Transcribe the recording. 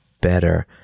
better